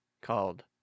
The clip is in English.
called